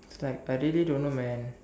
it's like I really don't know man